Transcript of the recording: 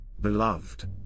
Beloved